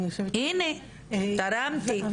הנה, תרמתי.